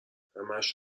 همش